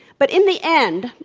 but in the end,